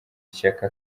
ishyaka